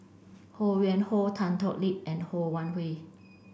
Ho Yuen Hoe Tan Thoon Lip and Ho Wan Hui